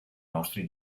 nostri